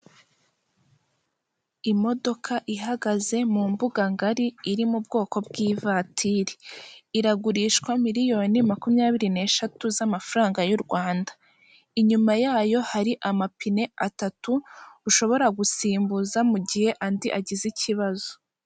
Imodoka ihagaze mu mbuga ngari iri mu bwoko bw'ivatiri, iragurishwa miliyoni makumyabiri n'eshatu z'amafaranga y'u Rwanda. inyuma yayo hari amapine atatu ushobora gusimbuza mu gihe andi agize ikibazo.